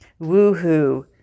woohoo